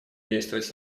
действовать